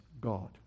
God